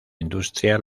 industria